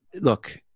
look